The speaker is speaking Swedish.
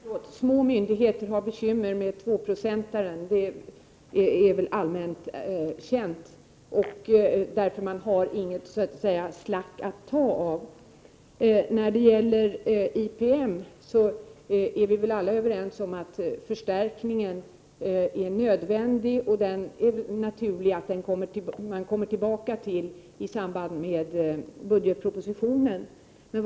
Herr talman! Små myndigheter har bekymmer vad gäller att uppnå en tvåprocentig rationalisering av verksamheten, det är allmänt känt. Man har så att säga inget att ta av. När det gäller IPM är vi alla överens om att förstärkningen av dess resurser är nödvändig och det blir naturligt att återkomma till den frågan i samband med budgetpropositionen.